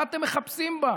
מה אתם מחפשים בה?